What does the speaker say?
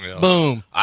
boom